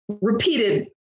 repeated